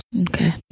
Okay